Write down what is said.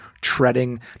treading